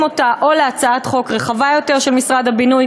אותה או להצעת חוק רחבה יותר של משרד הבינוי,